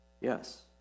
Yes